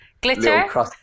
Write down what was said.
glitter